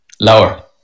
Lower